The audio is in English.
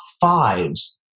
fives